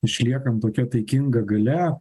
išliekam tokia taikinga galia